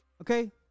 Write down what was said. Okay